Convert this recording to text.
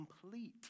complete